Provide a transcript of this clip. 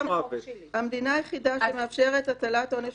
--- "המדינה היחידה שמאפשרת הטלת עונש